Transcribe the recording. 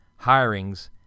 hirings